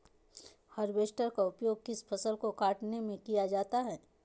Harvester का उपयोग किस फसल को कटने में किया जाता है?